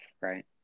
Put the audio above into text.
right